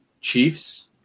Chiefs